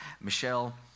Michelle